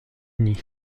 uni